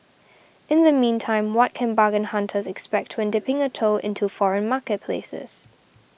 in the meantime what can bargain hunters expect when dipping a toe into foreign marketplaces